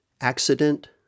Accident